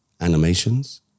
animations